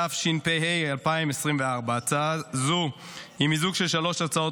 התשפ"ה 2024. הצעה זו היא מיזוג של שלוש הצעות